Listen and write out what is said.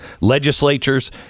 legislatures